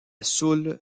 soule